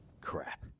Crap